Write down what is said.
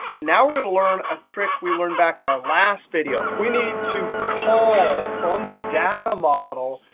and now we're going to learn a trick we learned back in our last video. we need to call from the data model,